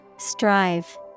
Strive